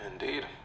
Indeed